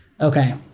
Okay